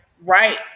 right